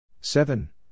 Seven